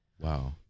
Wow